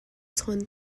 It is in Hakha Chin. chawn